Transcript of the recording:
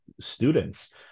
students